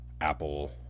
Apple